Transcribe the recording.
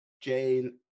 Jane